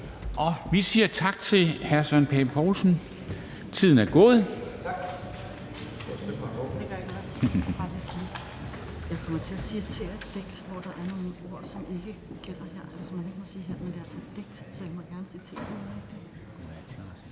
og vi siger tak til hr. Søren Pape Poulsen. Så er det